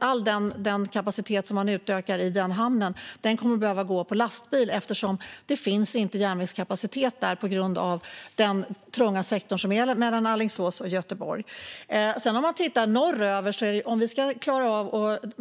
All den kapacitet som man utökar i hamnen kommer att behöva gå på lastbil, eftersom det inte finns tillräcklig järnvägskapacitet på grund av den trånga sektorn mellan Alingsås och Göteborg. När det gäller